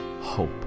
hope